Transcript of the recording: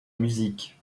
musique